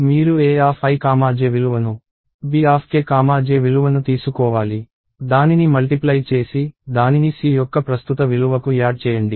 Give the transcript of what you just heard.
మీరు Aik విలువను Bkj విలువను తీసుకోవాలి దానిని మల్టిప్లై చేసి దానిని C యొక్క ప్రస్తుత విలువకు యాడ్ చేయండి